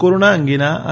corona અંગેના આ